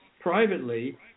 privately